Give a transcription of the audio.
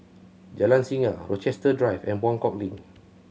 Jalan Singa Rochester Drive and Buangkok Link